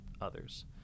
others